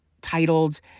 titled